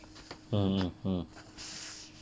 mm mm mm